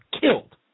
killed